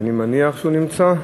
אני מניח שהוא נמצא.